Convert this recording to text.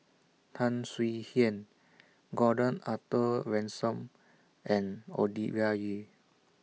Tan Swie Hian Gordon Arthur Ransome and Ovidia Yu